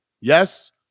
Yes